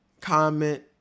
comment